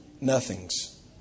nothings